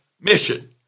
mission